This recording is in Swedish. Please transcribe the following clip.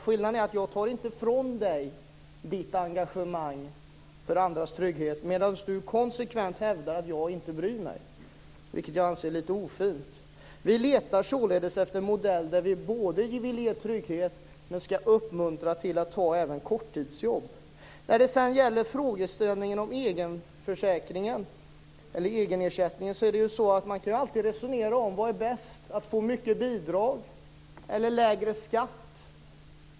Skillnaden är att jag inte tar ifrån dig ditt engagemang för andras trygghet, medan du konsekvent hävdar att jag inte bryr mig - vilket jag anser är lite ofint. Vi letar således efter en modell där vi både vill ge trygghet men också uppmuntra till att ta korttidsjobb. Sedan var det frågan om egenersättningen. Man kan alltid resonera om vad som är bäst. Är det att få mycket bidrag eller lägre skatt?